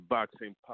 Boxing